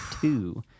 two